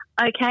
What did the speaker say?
Okay